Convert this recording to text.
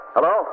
Hello